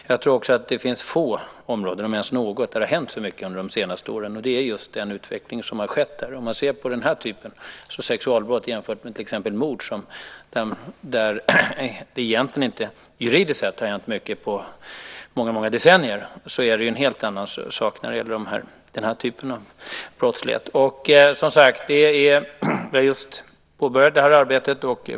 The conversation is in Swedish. Jag tror också att det finns få områden, om ens något, där det har hänt så mycket under de senaste åren, och det är just den utvecklingen som har skett här. Den här typen, det vill säga sexualbrott, kan man jämföra med till exempel mord, där det egentligen inte juridiskt sett har hänt mycket på många decennier, och det är ju en helt annan sak när det gäller den här typen av brottslighet. Som sagt: Det här arbetet har just påbörjats.